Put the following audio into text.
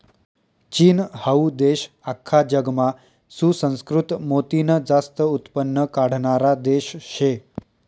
चीन हाऊ देश आख्खा जगमा सुसंस्कृत मोतीनं जास्त उत्पन्न काढणारा देश शे